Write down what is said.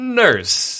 nurse